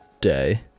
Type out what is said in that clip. day